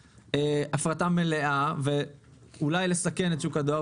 להפרטה מלאה ואולי לסכן את שוק הדואר,